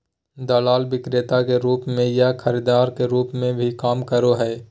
दलाल विक्रेता के रूप में या खरीदार के रूप में भी काम करो हइ